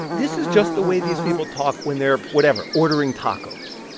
this is just the way these people talk when they're whatever ordering tacos.